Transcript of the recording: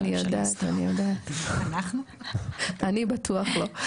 אני יודעת, אני יודעת, אני בטוח לא.